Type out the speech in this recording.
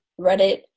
reddit